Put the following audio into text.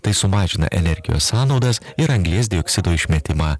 tai sumažina energijos sąnaudas ir anglies dioksido išmetimą